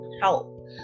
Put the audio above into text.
help